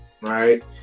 right